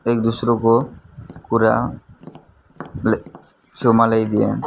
एक दोस्रोको कुरालाई छेउमा ल्याइदिएँ